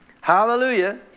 Hallelujah